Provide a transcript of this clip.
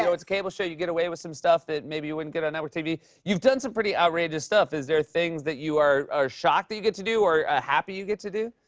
so it's a cable show. you get away with some stuff that maybe you wouldn't get on network tv. you've done some pretty outrageous stuff. is there things that you are are shocked that you get to do, or ah happy you get to do?